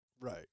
right